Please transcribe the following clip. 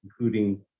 including